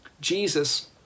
Jesus